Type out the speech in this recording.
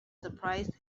surprised